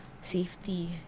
safety